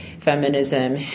feminism